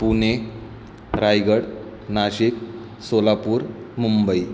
Pune Raigad Nashik Solapur Mumbai